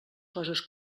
coses